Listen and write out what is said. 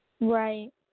Right